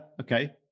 okay